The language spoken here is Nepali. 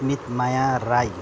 मितमाया राई